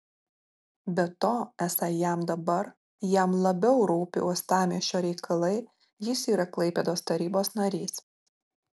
be to esą jam dabar jam labiau rūpi uostamiesčio reikalai jis yra klaipėdos tarybos narys